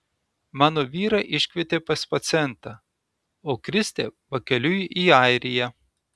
mano vyrą iškvietė pas pacientą o kristė pakeliui į airiją